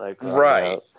Right